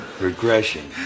regression